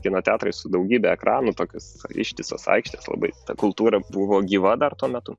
kino teatrai su daugybe ekranų tokios ištisos aikštės labai ta kultūra buvo gyva dar tuo metu